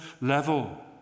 level